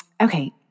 Okay